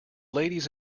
ladies